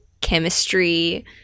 chemistry